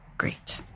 Great